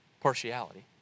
partiality